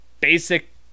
basic